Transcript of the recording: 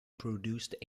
produced